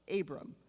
Abram